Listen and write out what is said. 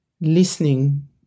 listening